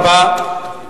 תודה רבה.